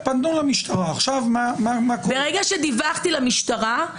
ברגע שדיווחתי למשטרה,